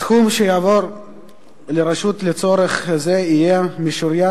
הסכום שיועבר לרשות לצורך זה יהיה משוריין